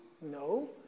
No